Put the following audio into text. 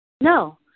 No